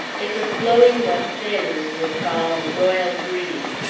it was blowing what sailors would call a royal breeze.